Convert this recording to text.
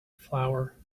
flower